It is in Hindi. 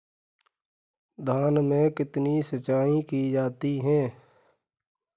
धान में कितनी सिंचाई की जाती है?